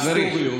חברים.